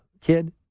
kid